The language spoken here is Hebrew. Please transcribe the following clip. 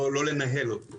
לא לנהל אותו.